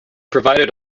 provided